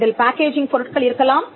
இதில் பேக்கேஜிங் பொருட்கள் இருக்கலாம்